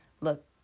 Look